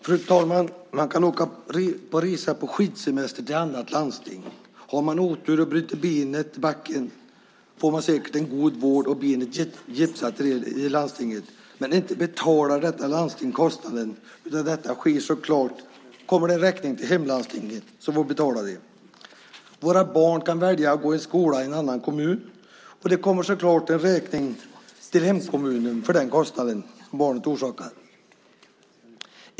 Fru talman! Man kan resa på skidsemester till ett annat landsting. Har man otur och bryter benet i backen får man säkert en god vård och benet gipsat. Men inte betalar detta landsting kostnaden. Det kommer så klart en räkning till hemlandstinget som får betala den. Våra barn kan välja att gå i skola i en annan kommun, och det kommer så klart en räkning till hemkommunen för den kostnad som barnet orsakat.